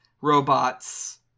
robots